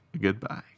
goodbye